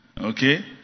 Okay